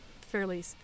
fairly